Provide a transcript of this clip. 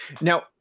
now